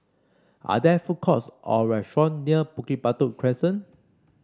are there food courts or restaurant near Bukit Batok Crescent